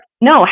no